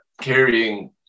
carrying